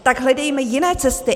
Tak hledejme jiné cesty.